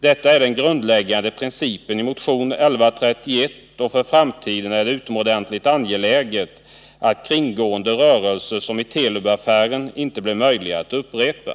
Detta är den grundläggande principen i motion 1131, och för framtiden är det utomordentligt angeläget att kringgående rörelser som i Telubaffären inte blir möjliga att upprepa.